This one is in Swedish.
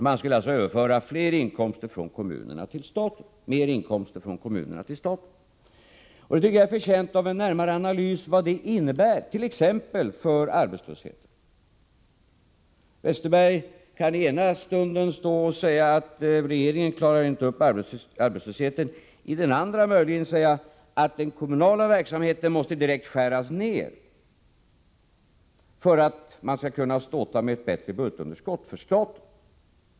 Man skulle alltså överföra mer inkomster från kommunerna till staten. Vad det innebär för t.ex. arbetslösheten tycker jag är förtjänt av en närmare analys. Bengt Westerberg kan i ena stunden stå och säga att regeringen inte klarar upp arbetslösheten, i den andra kan han möjligen säga att den kommunala verksamheten direkt måste skäras ner för att staten skall kunna ståta med ett lägre budgetunderskott.